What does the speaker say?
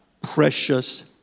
precious